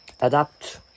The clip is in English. Adapt